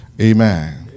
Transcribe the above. Amen